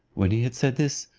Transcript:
when he had said this,